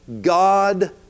God